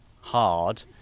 hard